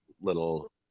little